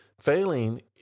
Failing